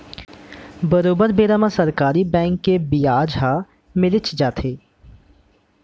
बरोबर बेरा म सरकारी बेंक के बियाज ह मिलीच जाथे